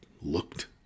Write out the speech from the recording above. looked